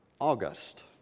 August